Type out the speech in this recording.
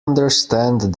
understand